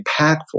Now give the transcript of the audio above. impactful